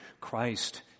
Christ